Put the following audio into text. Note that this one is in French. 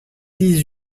dix